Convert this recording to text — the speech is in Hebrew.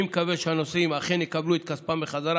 אני מקווה שהנוסעים אכן יקבלו את כספם בחזרה